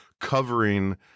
covering